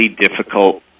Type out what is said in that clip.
difficult